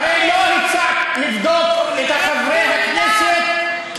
הרי לא הצעת לבדוק את חברי הכנסת כי